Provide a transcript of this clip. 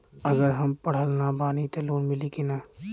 अगर हम पढ़ल ना बानी त लोन मिली कि ना?